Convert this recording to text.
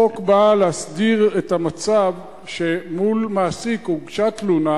החוק בא להסדיר את המצב שמול מעסיק הוגשה תלונה,